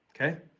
okay